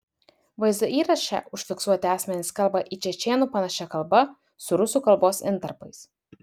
vaizdo įraše užfiksuoti asmenys kalba į čečėnų panašia kalba su rusų kalbos intarpais